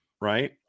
right